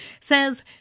says